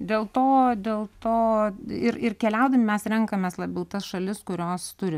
dėl to dėl to ir ir keliaudami mes renkamės labiau tas šalis kurios turi